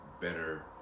better